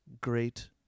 great